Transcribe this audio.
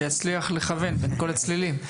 שיצליח לכוון את כל הצלילים.